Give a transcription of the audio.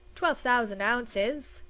twelve thousand ounces!